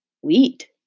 Wheat